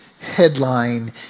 headline